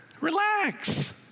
Relax